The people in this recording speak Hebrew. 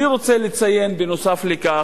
אני רוצה לציין, נוסף על כך,